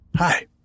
Hi